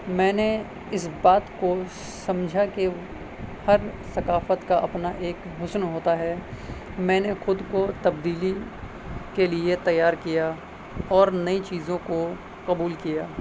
میں نے اس بات کو سمجھا کہ ہر ثقافت کا اپنا ایک حسن ہوتا ہے میں نے خود کو تبدیلی کے لیے تیار کیا اور نئی چیزوں کو قبول کیا